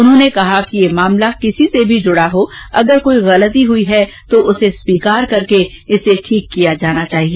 उन्होंने कहा कि यह मामला किसी से भी जुड़ा हो अगर कोई गलती हुई हो तो उसे स्वीकार करके इसे ठीक किया जाना चाहिए